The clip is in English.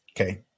okay